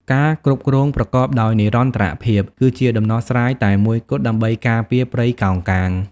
ការគ្រប់គ្រងប្រកបដោយនិរន្តរភាព គឺជាដំណោះស្រាយតែមួយគត់ ដើម្បីការពារព្រៃកោងកាង។